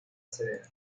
serena